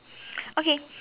okay